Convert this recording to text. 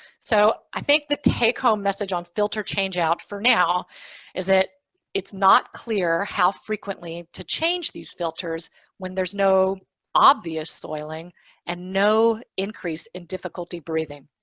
so i think the take home message on filter change out for now is that it's not clear how frequently to change these filters when there's no obvious soiling and no increase in difficulty breathing.